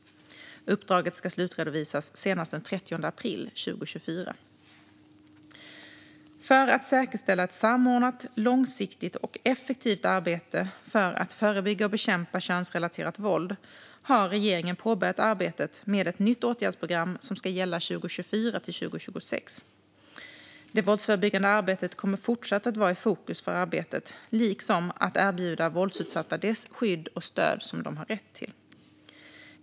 Uppdraget ska slutredovisas senast den 30 april 2024. För att säkerställa ett samordnat, långsiktigt och effektivt arbete för att förebygga och bekämpa könsrelaterat våld har regeringen påbörjat arbetet med ett nytt åtgärdsprogram som ska gälla 2024-2026. Det våldsförebyggande arbetet kommer fortsatt att vara i fokus för arbetet, liksom att erbjuda våldsutsatta det skydd och stöd de har rätt till.